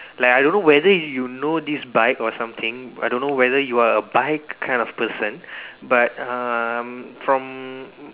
like I don't know whether you know this bike or something I don't know whether you are a bike kind of person but um from